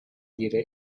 dire